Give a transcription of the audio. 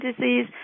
disease